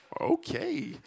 okay